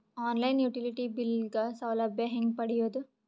On line utility bill ಗ ಸೌಲಭ್ಯ ಹೇಂಗ ಪಡೆಯೋದು?